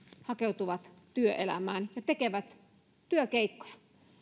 hakeutuvat työelämään ja tekevät työkeikkoja